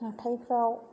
हाथायफ्राव